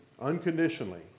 unconditionally